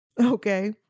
Okay